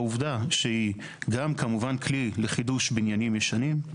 העובדה שהיא גם כמובן כלי לחידוש בניינים ישנים,